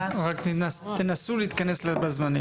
בבקשה.